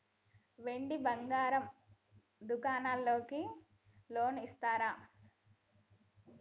వెండి బంగారం దుకాణానికి లోన్ ఇస్తారా?